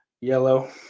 yellow